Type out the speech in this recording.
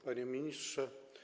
Panie Ministrze!